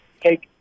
take